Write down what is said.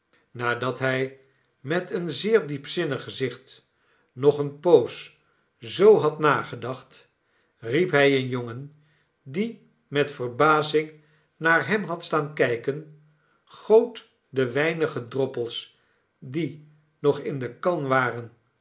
nadat hij met een zeer diepzinnig gezicht nog eene poos zoo had nagedacht riep hij een jongen die met verbazing naar hem had staan kijken goot de weinige droppels die nog in de kan waren